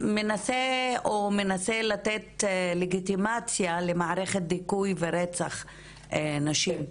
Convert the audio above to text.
שמנסה לתת לגיטימציה למערכת דיכוי ורצח נשים.